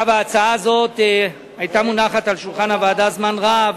ההצעה הזאת היתה מונחת על שולחן הוועדה זמן רב